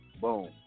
Boom